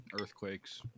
Earthquakes